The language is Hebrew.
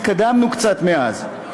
התקדמנו קצת מאז.